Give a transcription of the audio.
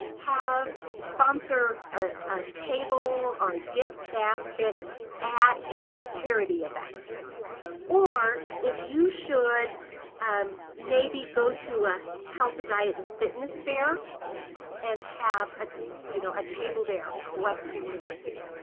sponsor a a table or a gift basket at a charity event or if you should and maybe go to a healthy, diet and fitness fair and have a you know a table there of webster university.